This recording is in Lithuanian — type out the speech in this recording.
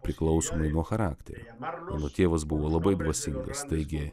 priklausomai nuo charakterio mano tėvas buvo labai dvasingas taigi